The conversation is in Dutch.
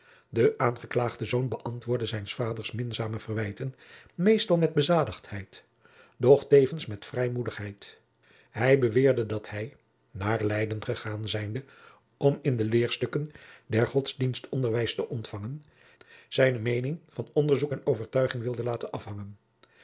de aangeklaagde zoon beantwoordde zijns vaders minzame verwijten meestal met bezadigdheid doch tevens met vrijmoedigheid hij beweerde dat hij naar leyden gegaan zijnde om in de leerstukken der godsdienst onderwijs te ontfangen zijne meening van onderzoek en overtuiging wilde laten afhanjacob